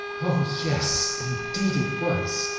oh, yes indeed it was!